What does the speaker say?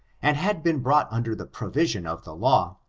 and had been brought under the provision of the law,